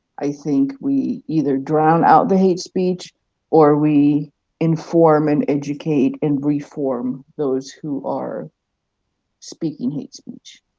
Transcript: i think we either drown out the hate speech or we inform and educate and reform those who are speaking hate speech.